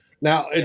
Now